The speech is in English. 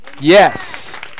Yes